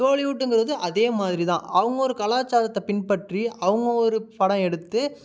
டோலிவுட்டுங்கிறது அதே மாதிரி தான் அவங்க ஒரு கலாச்சாரத்தை பின்பற்றி அவங்க ஒரு படம் எடுத்து